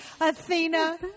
Athena